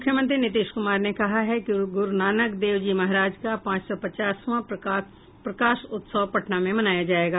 मुख्यमंत्री नीतीश कुमार ने कहा है कि गुरूनानक देव जी महाराज का पांच सौ पचासवां प्रकाश उत्सव पटना में मनाया जायेगा